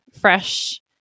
fresh